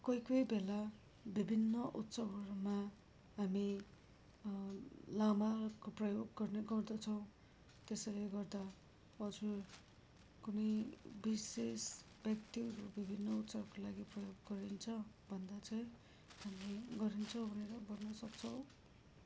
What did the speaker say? कोही कोही बेला विभिन्न उत्सवहरूमा हामी लामाको प्रयोग गर्ने गर्दछौँ त्यसैले गर्दा हजुर कुनै विशेष व्यक्तिहरू विभिन्न उत्सवको लागि प्रयोग गरिन्छ भन्दा चाहिँ हामी गरिन्छ भनेर भन्न सक्छौँ